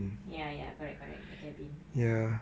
ya ya correct correct the cabin ya